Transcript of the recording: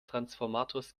transformators